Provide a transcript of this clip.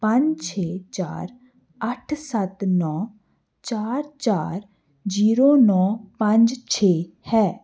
ਪੰਜ ਛੇ ਚਾਰ ਅੱਠ ਸੱਤ ਨੌਂ ਚਾਰ ਚਾਰ ਜੀਰੋ ਨੌਂ ਪੰਜ ਛੇ ਹੈ